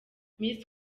miss